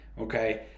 okay